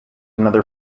another